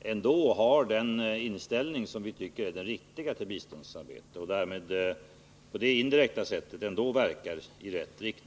ändå har den inställning till biståndsarbete som vi tycker är den riktiga. Därmed skulle de indirekt kunna verka på rätt sätt.